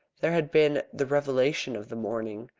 there had been the revelation of the morning,